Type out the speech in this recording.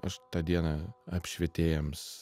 aš tą dieną apšvietėjams